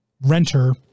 renter